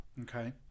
Okay